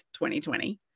2020